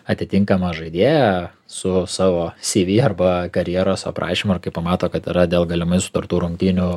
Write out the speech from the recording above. atitinkamą žaidėją su savo cv arba karjeros aprašymu ar kai pamato kad yra dėl galimai sutartų rungtynių